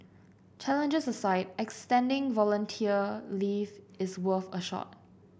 challenges aside extending volunteer leave is worth a shot